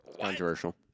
controversial